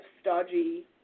stodgy